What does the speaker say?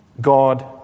God